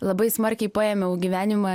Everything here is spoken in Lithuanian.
labai smarkiai paėmiau gyvenimą